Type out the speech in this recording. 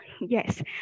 Yes